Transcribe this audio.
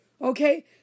okay